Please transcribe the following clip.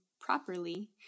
properly